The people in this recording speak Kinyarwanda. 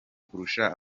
kurusha